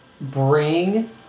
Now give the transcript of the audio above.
bring